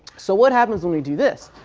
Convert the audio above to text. so what happens when we do this?